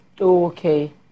Okay